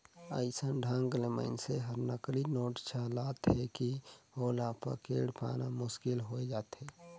अइसन ढंग ले मइनसे हर नकली नोट चलाथे कि ओला पकेड़ पाना मुसकिल होए जाथे